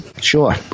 Sure